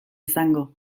izango